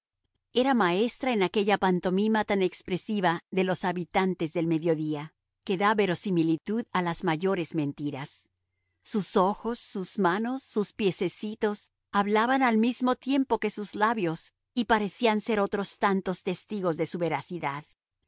era maestra en aquella pantomima tan expresiva de los habitantes del mediodía que da verosimilitud a las mayores mentiras sus ojos sus manos sus piececitos hablaban al mismo tiempo que sus labios y parecían ser otros tantos testigos de su veracidad